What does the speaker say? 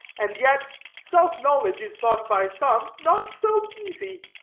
and yet self-knowledge is thought by some not so easy.